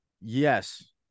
Yes